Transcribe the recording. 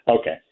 Okay